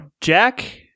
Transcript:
Jack